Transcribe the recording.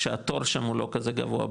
כשהתור שם הוא לא כזה גבוה,